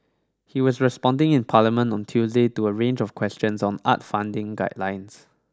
he was responding in Parliament on Tuesday to a range of questions on arts funding guidelines